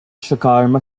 çıkarma